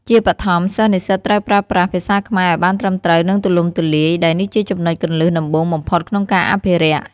ជាបឋម សិស្សនិស្សិតត្រូវប្រើប្រាស់ ភាសាខ្មែរឱ្យបានត្រឹមត្រូវ និងទូលំទូលាយ ដែលនេះជាចំណុចគន្លឹះដំបូងបំផុតក្នុងការអភិរក្ស។ ។